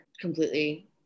completely